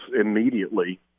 immediately